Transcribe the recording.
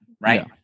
right